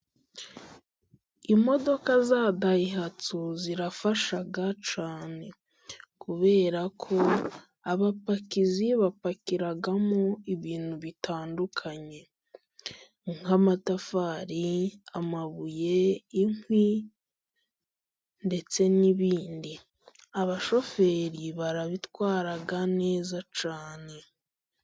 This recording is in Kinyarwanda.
Imodoka za dayihatsu zirafasha cyane, kubera ko abapakizi bapakiramo ibintu bitandukanye, nk'amatafari, amabuye, inkwi, ndetse n'ibindi. Abashoferi barabitwara neza cyane.